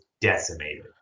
decimated